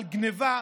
על גנבה,